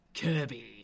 Kirby